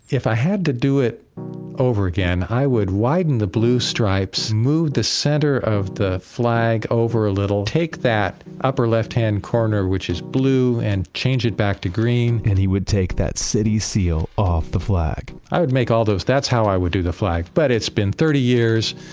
if i had to do it over again, i would widen the blue stripes, move the center of the flag over a little, take that upper upper left-hand corner, which is blue, and change it back to green, and he would take that city seal off the flag i would make all those. that's how i would do the flag. but it's been thirty years.